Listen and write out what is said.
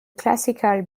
classical